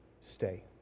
stay